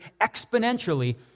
exponentially